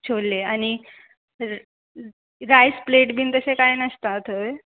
छोले आनी rice plate बीन तशें कांय नासता थंय